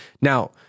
Now